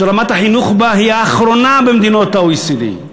שרמת החינוך בה היא האחרונה במדינות ה-OECD.